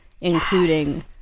including